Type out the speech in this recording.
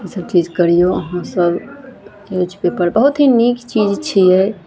ईसब चीज करियौ अहाँ सब न्यूज पेपर बहुत ही नीक चीज छियै